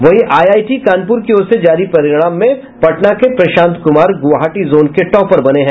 वहीं आईआईटी कानपुर की ओर से जारी परिणाम में पटना के प्रशांत कुमार गुवाहाटी जोन के टॉपर बने हैं